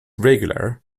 regular